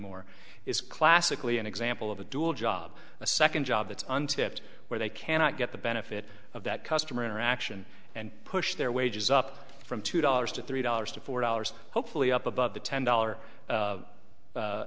anymore is classically an example of a dual job a second job that's on tips where they cannot get the benefit of that customer interaction and push their wages up from two dollars to three dollars to four dollars hopefully up above the ten dollar